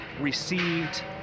received